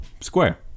square